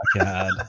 god